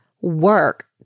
work